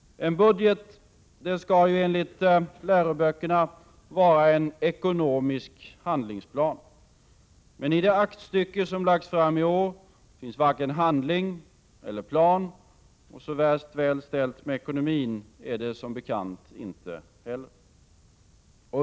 En budget skall, enligt läroböckerna, vara en ekonomisk handlingsplan. Men i det aktstycke som lagts fram i år finns varken handling eller plan. Så värst väl ställt med ekonomin är det som bekant inte heller.